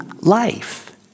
life